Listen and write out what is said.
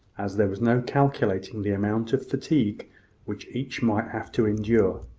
as there was no calculating the amount of fatigue which each might have to incur.